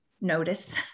notice